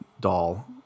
doll